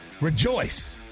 Rejoice